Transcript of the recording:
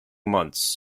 months